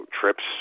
trips